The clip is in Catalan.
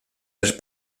les